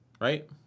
right